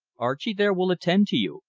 archie there will attend to you.